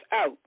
out